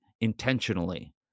intentionally